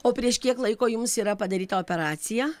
o prieš kiek laiko jums yra padaryta operacija